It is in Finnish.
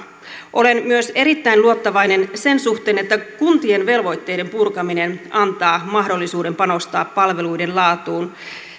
olen myös erittäin luottavainen sen suhteen että kuntien velvoitteiden purkaminen antaa mahdollisuuden panostaa palveluiden laatuun